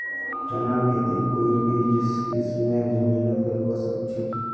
चनार खेती कोई भी किस्मेर जमीनत करवा सखछी